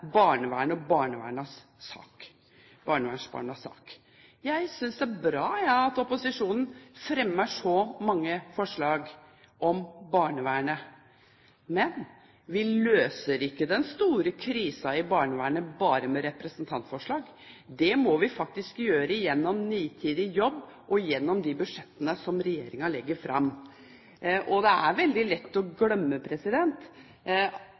barnevernet så ofte er på den politiske dagsordenen i vår komité. For det er vi som har den enestående muligheten til å tale barnevernsbarnas sak. Jeg synes det er bra at opposisjonen fremmer så mange forslag om barnevernet, men vi løser ikke den store krisen i barnevernet bare med representantforslag. Det må vi faktisk gjøre gjennom nitid jobb og gjennom de budsjettene som regjeringen legger fram. Det